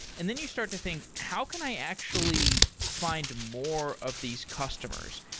and then you start to think, how can i actually find more of these customers?